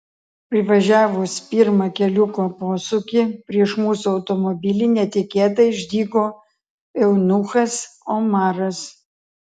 privažiavus pirmą keliuko posūkį prieš mūsų automobilį netikėtai išdygo eunuchas omaras